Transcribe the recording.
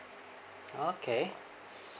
okay